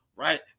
Right